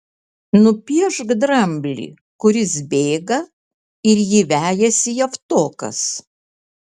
nupiešk dramblį kuris bėga ir jį vejasi javtokas